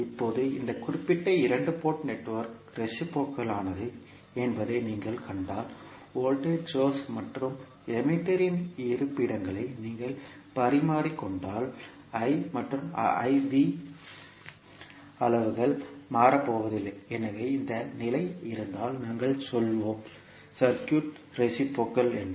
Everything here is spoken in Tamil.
இப்போது இந்த குறிப்பிட்ட இரண்டு போர்ட் நெட்வொர்க் ரேசிப்ரோகல் ஆனது என்பதை நீங்கள் கண்டால்வோல்டேஜ் சோர்ஸ் மற்றும் எமிட்டர் இன் இருப்பிடங்களை நீங்கள் பரிமாறிக்கொண்டால் I மற்றும் V அளவுகள் மாறப்போவதில்லை எனவே இந்த நிலை இருந்தால் நாங்கள் சொல்வோம் சர்க்யூட் ரேசிப்ரோகல் என்று